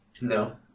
No